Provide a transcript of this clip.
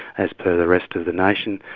as per the rest of the nation.